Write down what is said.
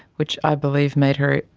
which i believe made her,